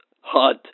hot